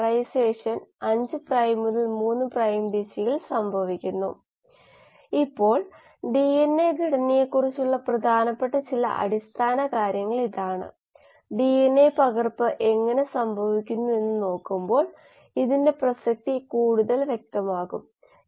intra cellular പിഎച്ചിനെക്കുറിച്ച് കുറച്ച് പ്രബന്ധങ്ങൾ ഇവിടെ നൽകിയിട്ടുണ്ട് ഈ കോഴ്സിന്റെ ആമുഖ സ്വഭാവം കാരണം ഞാൻ അവയെക്കുറിച്ച് കൂടുതൽ ചർച്ച ചെയ്യുന്നില്ല എന്നാൽ നിങ്ങൾക്ക് താൽപ്പര്യമുണ്ടെങ്കിൽ 31ൽ നൽകിയിട്ടുള്ള ഈ 2 പ്രബന്ധങ്ങൾ പരിശോധിക്കാനും ഇൻട്രാ സെല്ലുലാർ പിഎച്ചി നെക്കുറിച്ച്കൂടുതൽ അറിയാനും കഴിയും